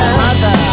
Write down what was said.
mother